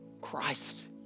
Christ